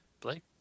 Blake